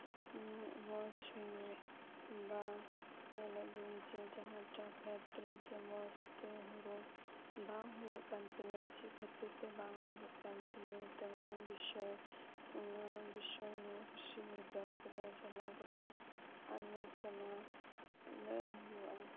ᱢᱚᱸᱡ ᱧᱚᱜ ᱵᱟ ᱧᱮᱞᱟᱵᱚ ᱡᱟᱦᱟᱸᱭᱴᱟᱜ ᱠᱷᱮᱛ ᱨᱮ ᱢᱚᱸᱡ ᱛᱮ ᱦᱩᱲᱩ ᱵᱟᱝ ᱦᱩᱭᱩᱜ ᱠᱟᱱ ᱛᱤᱧᱟᱹ ᱪᱮᱫ ᱠᱟᱹᱛᱤᱨ ᱛᱮ ᱵᱟᱝ ᱦᱩᱭᱩᱜ ᱠᱟᱱ ᱛᱤᱧᱟ ᱛᱚ ᱚᱱᱟ ᱵᱤᱥᱚᱭ ᱨᱮ ᱵᱷᱤᱵᱷᱳ ᱛᱟᱞᱟᱣ ᱠᱟᱛᱮ ᱟᱞᱩ ᱥᱟᱱᱟ ᱞᱟᱹᱜᱤᱫ